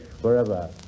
forever